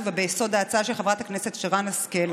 וביסוד ההצעה של חברת הכנסת שרן השכל,